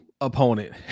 opponent